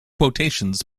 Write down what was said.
quotations